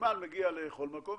חשמל מגיע לכל מקום,